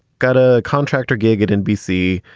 got a contractor gig at nbc.